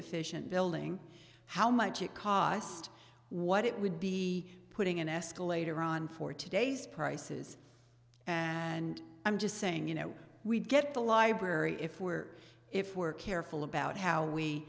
efficient building how much it cost what it would be putting an escalator on for today's prices and i'm just saying you know we get the library if we're if we're careful about how we